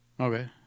Okay